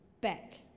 back